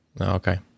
Okay